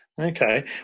Okay